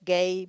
Gay